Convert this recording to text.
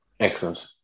Excellent